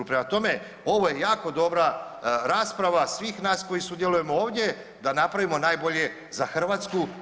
Prema tome, ovo je jako dobra rasprava svih nas koji sudjelujemo ovdje da napravimo najbolje za Hrvatsku.